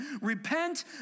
Repent